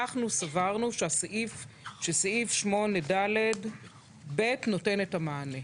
סברנו שסעיף 8(ד)(ב) נותן את המענה.